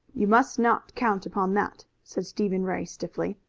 you must not count upon that, said stephen ray stiffly.